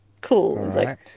Cool